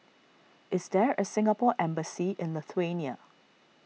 is there a Singapore Embassy in Lithuania